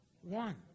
One